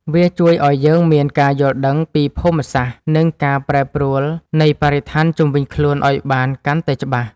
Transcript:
វាជួយឱ្យយើងមានការយល់ដឹងពីភូមិសាស្ត្រ និងការប្រែប្រួលនៃបរិស្ថានជុំវិញខ្លួនបានកាន់តែច្បាស់។